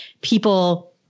people